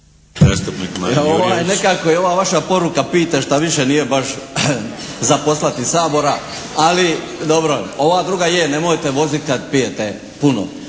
Nekako je ova vaša poruka pijte šta više nije baš za poslati iz Sabora, ali dobro. Ova druga je, nemojte voziti kad pijete puno.